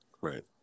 right